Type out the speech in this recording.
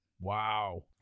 Wow